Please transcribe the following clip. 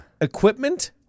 Equipment